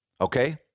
okay